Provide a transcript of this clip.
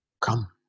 come